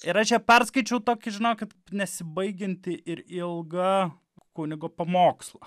ir aš ją perskaičiau tokį žinok nesibaigiantį ir ilgą kunigo pamokslą